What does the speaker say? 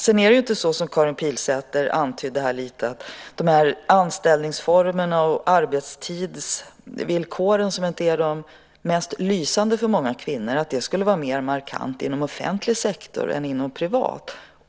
Sedan är inte, som Karin Pilsäter antydde lite, anställningsformerna och arbetstidsvillkoren, som inte är de mest lysande för många kvinnor, ett mer markant problem inom offentlig sektor än inom privat.